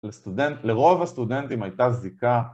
לרוב הסטודנטים הייתה זיקה